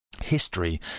history